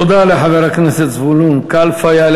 תודה לחבר הכנסת זבולון קלפה.